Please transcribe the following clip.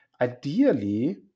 ideally